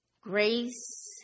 Grace